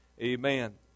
Amen